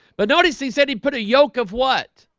but notice he said he put a yoke of what?